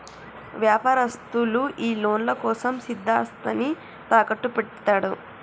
వ్యాపారస్తులు ఈ లోన్ల కోసం స్థిరాస్తిని తాకట్టుపెడ్తరు